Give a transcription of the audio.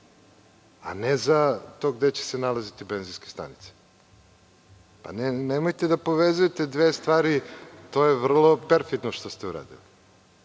a ne za to gde će se nalaziti benzinske stanice. Nemojte da povezujete dve stvari. To je vrlo perfidno što ste uradili. Znači,